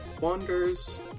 wanders